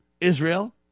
israel